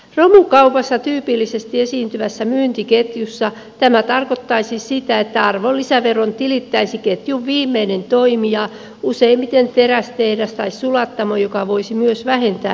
romukaupassa tyypillisesti esiintyvässä myyntiketjussa tämä tarkoittaisi sitä että arvonlisäveron tilittäisi ketjun viimeinen toimija useimmiten terästehdas tai sulattamo joka voisi myös vähentää ilmoittamansa veron